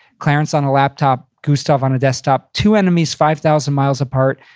clarence on a laptop, gustav on a desktop. two enemies, five thousand miles apart,